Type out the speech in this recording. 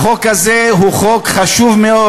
החוק הזה הוא חוק חשוב מאוד,